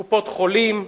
קופות-חולים,